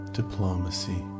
diplomacy